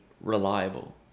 reliable